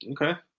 Okay